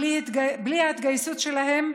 בלי ההתגייסות שלהם,